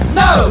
no